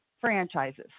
franchises